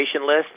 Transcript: list